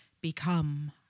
become